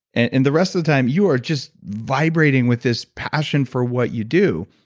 and and the rest of the time you are just vibrating with this passion for what you do.